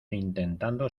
intentando